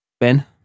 Ben